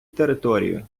територію